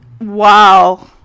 Wow